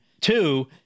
two